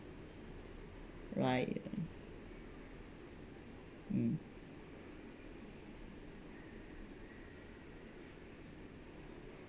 right mm